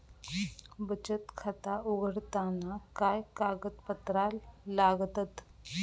बचत खाता उघडताना काय कागदपत्रा लागतत?